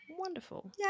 wonderful